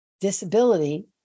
disability